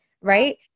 right